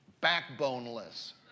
backboneless